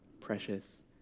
precious